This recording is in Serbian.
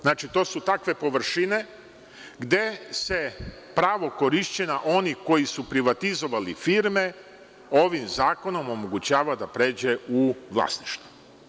Znači, to su takve površine gde se pravo korišćenja onih koji su privatizovali firme ovim zakonom omogućava da pređe u vlasništvo.